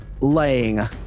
laying